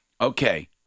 okay